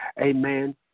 Amen